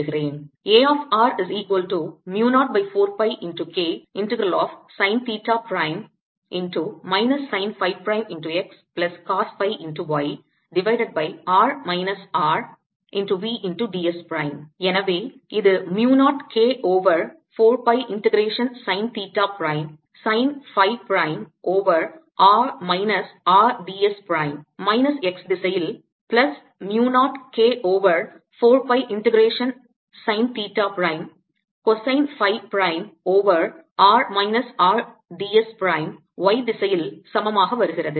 எனவே இது mu 0 K over 4 pi integration sine theta prime sine phi prime over r minus R d s prime minus x திசையில் plus mu 0 K over 4 pi integration sine theta prime cosine phi prime over r minus R d s prime y திசையில் சமமாக வருகிறது